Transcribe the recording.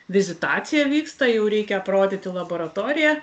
vizitacija vyksta jau reikia aprodyti laboratoriją